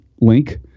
link